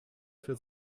für